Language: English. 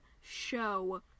show